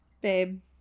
Babe